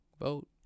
vote